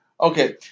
Okay